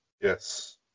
Yes